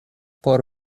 por